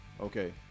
Okay